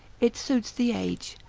it suits the age,